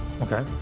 Okay